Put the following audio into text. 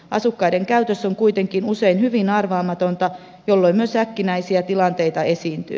asukkaiden käytös on kuitenkin usein hyvin arvaamatonta jolloin myös äkkinäisiä tilanteita esiintyy